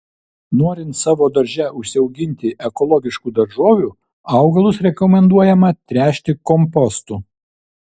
norint savo darže užsiauginti ekologiškų daržovių augalus rekomenduojama tręšti kompostu